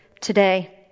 today